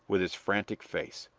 with his frantic face.